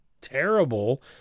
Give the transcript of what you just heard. terrible